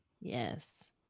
Yes